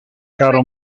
caro